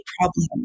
problem